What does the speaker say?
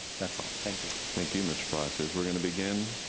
that's all, thank you. thank you mr. palacios. we're gonna begin